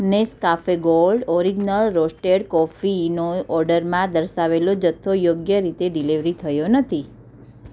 Nescafe gold original roasted કોફીનો ઓર્ડરમાં દર્શાવેલો જથ્થો યોગ્ય રીતે ડીલેવરી થયો નથી